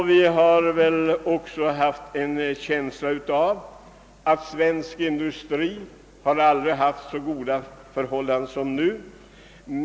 Vi har väl också haft en känsla av att svensk industri aldrig haft så goda betingelser.